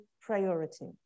priority